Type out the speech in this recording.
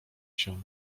się